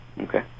Okay